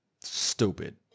Stupid